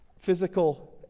Physical